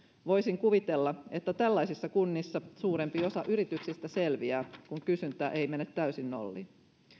voisin kuvitella että tällaisissa kunnissa suurempi osa yrityksistä selviää kun kysyntä ei mene täysin nolliin